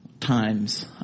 times